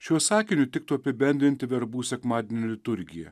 šiuo sakiniu tiktų apibendrinti verbų sekmadienio liturgija